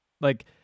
Like-